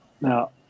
Now